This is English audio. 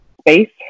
space